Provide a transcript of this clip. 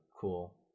cool